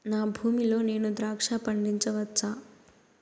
నా భూమి లో నేను ద్రాక్ష పండించవచ్చా?